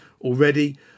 already